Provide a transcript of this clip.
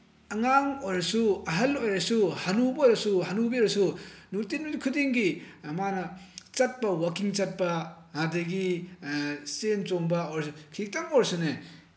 ꯑꯉꯥꯡ ꯑꯣꯏꯔꯁꯨ ꯑꯍꯜ ꯑꯣꯏꯔꯁꯨ ꯍꯅꯨꯕ ꯑꯣꯏꯔꯁꯨ ꯍꯅꯨꯕꯤ ꯑꯣꯏꯔꯁꯨ ꯅꯨꯡꯇꯤ ꯅꯨꯃꯤꯠ ꯈꯨꯗꯤꯡꯒꯤ ꯃꯥꯅ ꯆꯠꯄ ꯋꯥꯀꯤꯡ ꯆꯠꯄ ꯑꯗꯒꯤ ꯆꯦꯟ ꯆꯣꯡꯕ ꯑꯣꯏꯔꯁꯨ ꯈꯤꯇꯪ ꯑꯣꯏꯔꯁꯨꯅꯦ